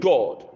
God